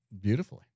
beautifully